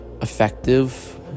effective